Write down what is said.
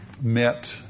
met